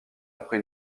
après